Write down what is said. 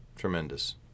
Tremendous